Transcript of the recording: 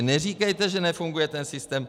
Neříkejte, že nefunguje systém.